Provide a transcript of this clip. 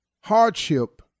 hardship